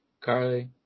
Carly